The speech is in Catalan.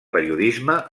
periodisme